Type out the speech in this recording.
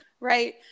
Right